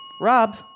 Rob